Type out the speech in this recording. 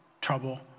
trouble